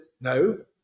no